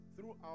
throughout